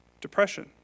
depression